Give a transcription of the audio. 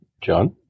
John